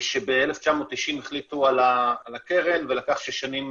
שב-1990 החליטו על הקרן ולקח שש שנים